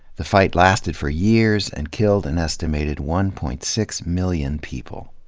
the fight lasted for years and killed an estimated one point six million people.